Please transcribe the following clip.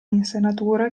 insenatura